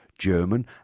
German